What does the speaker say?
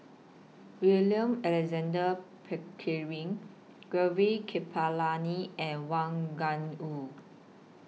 William Alexander Pickering Gaurav Kripalani and Wang Gungwu